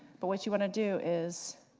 but what you want to do is,